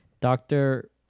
doctor